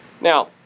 Now